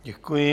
Děkuji.